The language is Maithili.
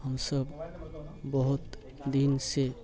हमसब बहुत दिनसँ